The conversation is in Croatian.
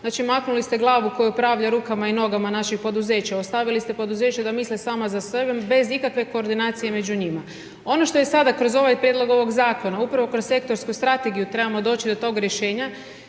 znači maknuli ste glavu koja upravlja rukama i nogama naših poduzeća. Ostavili ste poduzeće da misle samo za sebe, bez ikakve koordinacija među njima. Ono što je sada kroz ovaj prijedlog ovog zakona, upravo kroz sektorsku strategiju, trebamo doći do tog rješenja,